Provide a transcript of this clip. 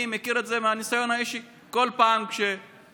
אני מכיר את זה מהניסיון האישי: כל פעם כשקורה